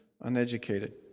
uneducated